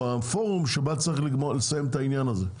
או הפורום שבה צריך לסיים את העניין הזה,